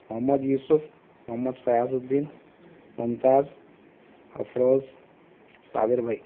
محمد یوسف محمد فیاض الدّین ممتاز افروز صابر بھائی